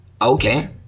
okay